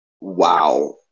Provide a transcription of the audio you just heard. wow